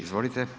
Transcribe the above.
Izvolite.